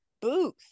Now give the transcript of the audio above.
booth